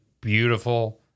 beautiful